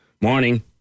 Morning